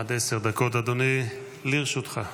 עד עשר דקות, אדוני, לרשותך.